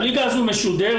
הליגה הזו משודרת.